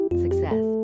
success